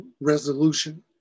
resolution